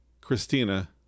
Christina